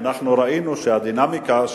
ראינו שהדינמיקה,